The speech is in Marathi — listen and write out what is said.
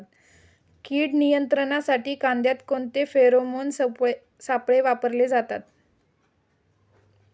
कीड नियंत्रणासाठी कांद्यात कोणते फेरोमोन सापळे वापरले जातात?